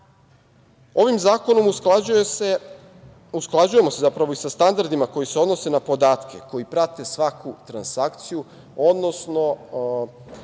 zakonom usklađujemo se sa standardima koji se odnose na podatke koji prate svaku transakciju, odnosno